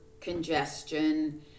congestion